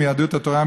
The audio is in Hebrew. מיהדות התורה,